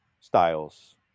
styles